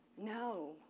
No